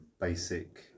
basic